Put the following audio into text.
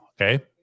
Okay